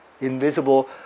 invisible